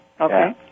okay